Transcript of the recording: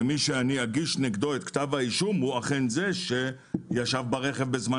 שמי שאגיש נגדו את כתב האישום הוא אכן זה שישב ברכב בזמן